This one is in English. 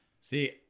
See